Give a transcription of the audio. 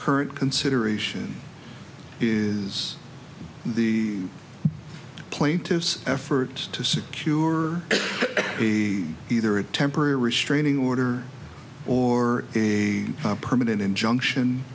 current consideration is the plaintiff's effort to secure the either a temporary restraining order or a permanent injunction